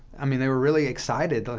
i mean, they were really excited. like